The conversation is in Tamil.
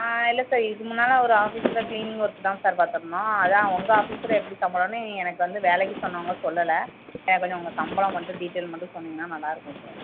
ஆ இல்லை சார் இதுக்கு முன்னால் ஒரு ஆஃபீஸில் கிளீனிங் ஒர்க்கு தான் சார் பாத்திருந்தோம் அதான் உங்கள் ஆஃபீஸில் எப்படி சம்பளம்னு எனக்கு வந்து வேலைக்கு சொன்னவங்க சொல்லலை எனக்கு கொஞ்சம் உங்கள் சம்பளம் மட்டும் டீட்டெயில் மட்டும் சொன்னீங்கன்னா நல்லாயிருக்கும் சார்